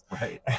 Right